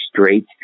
straight